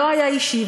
לא היה אישי.